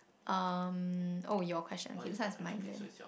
um oh your question okay this one is mine then